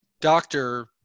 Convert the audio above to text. doctor